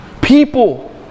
People